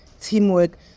teamwork